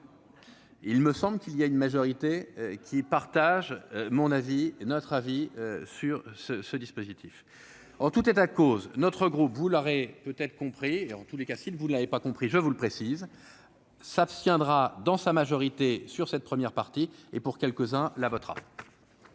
Il me semble qu'il y a une majorité qui partage mon avis et notre avis sur ce ce dispositif en tout état cause notre gros bout l'arrêt peut être compris et en tous les cas, si vous ne l'avez pas compris, je vous le précise s'abstiendra dans sa majorité sur cette première partie et pour quelques-uns la votera.